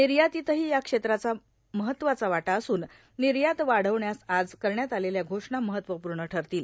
निर्यातीतही या क्षेत्राचा महत्त्वाचा वाटा असून निर्यात वाढवण्यास आज करण्यात आलेल्या घोषणा महत्त्वपूर्ण ठरतील